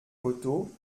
côteaux